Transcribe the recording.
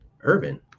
Urban